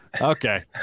Okay